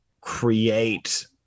create